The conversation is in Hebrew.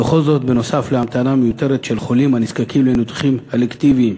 וכל זאת נוסף על המתנה מיותרת של חולים הנזקקים לניתוחים אלקטיביים,